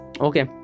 Okay